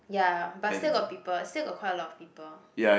ya but still got people still got quite a lot of people